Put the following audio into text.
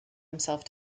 himself